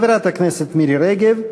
חברת הכנסת מירי רגב.